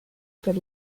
per